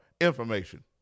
information